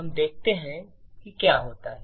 हम देख सकते हैं कि क्या होता है